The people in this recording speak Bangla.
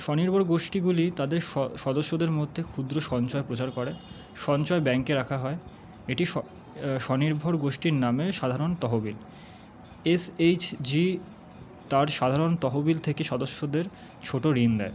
স্বনির্ভর গোষ্ঠীগুলি তাদের সদস্যদের মধ্যে ক্ষুদ্র সঞ্চয় প্রচার করে সঞ্চয় ব্যাঙ্কে রাখা হয় এটি স্বনির্ভর গোষ্ঠীর নামে সাধারণ তহবিল এস এইচ জি তার সাধারণ তহবিল থেকে সদস্যদের ছোটো ঋণ দেয়